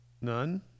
None